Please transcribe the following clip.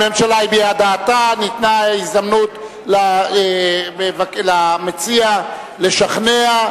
הממשלה הביעה את דעתה, ניתנה הזדמנות למציע לשכנע.